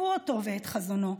תקפו אותו ואת חזונו.